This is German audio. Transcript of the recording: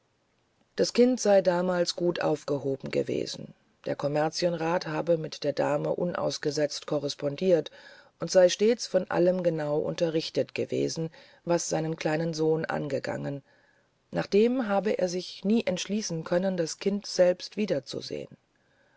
das kind sei damals gut aufgehoben gewesen der kommerzienrat habe mit der dame unausgesetzt korrespondiert und sei stets von allem genau unterrichtet gewesen was seinen kleinen sohn angegangen dagegen habe er sich nie entschließen können das kind selbst wiederzusehen